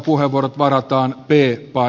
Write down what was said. puheenvuorot varataan p painikkeella